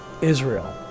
Israel